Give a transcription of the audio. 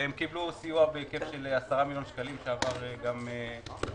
הם קיבלו סיוע בהיקף של 10 מיליון שקלים שעבר גם פה.